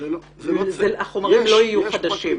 החומרים לא יהיו חדשים.